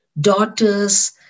Daughters